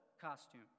costume